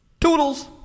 Toodles